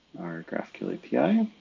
our graphql api.